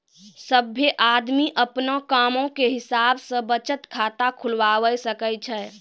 सभ्भे आदमी अपनो कामो के हिसाब से बचत खाता खुलबाबै सकै छै